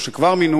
או שכבר מינו,